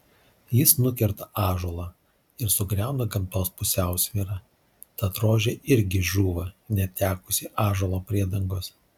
jis nukerta ąžuolą ir sugriauna gamtos pusiausvyrą tad rožė irgi žūva netekusi ąžuolo priedangos